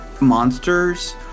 monsters